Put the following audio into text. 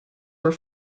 were